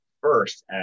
first